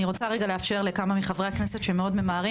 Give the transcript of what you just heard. אני רוצה רגע לאפשר לכמה מחברי הכנסת שמאוד ממהרים